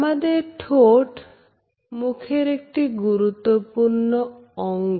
আমাদের ঠোট মুখের একটি গুরুত্বপূর্ণ অঙ্গ